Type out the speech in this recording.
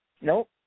Nope